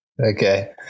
Okay